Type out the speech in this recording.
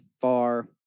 far